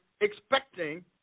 expecting